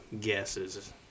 guesses